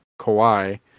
Kawhi